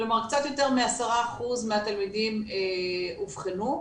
כלומר קצת יותר מ-10% מהתלמידים אובחנו,